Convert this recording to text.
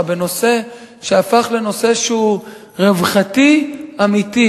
בנושא שהפך לנושא שהוא רווחתי אמיתי,